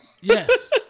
yes